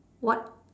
what